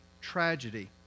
tragedy